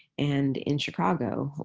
and in chicago,